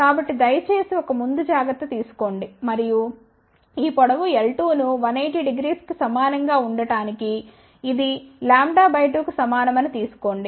కాబట్టి దయచేసి ఒక ముందు జాగ్రత్త తీసుకోండి మరియు ఈ పొడవు l2 ను 1800 కి సమానం గా ఉండటానికిఇది λ 2 కు సమానం అని తీసుకోకండి